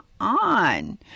on